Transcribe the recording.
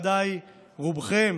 ודאי רובכם